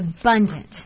abundant